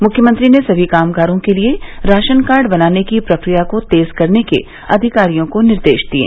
मुख्यमंत्री ने सभी कामगारों के लिये राशन कार्ड बनाने की प्रक्रिया को तेज करने के अधिकारियों को निर्देश दिये